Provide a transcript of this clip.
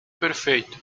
perfeito